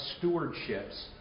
stewardships